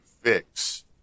fix